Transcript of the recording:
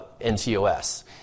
NTOS